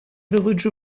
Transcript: village